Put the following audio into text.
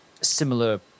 similar